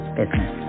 business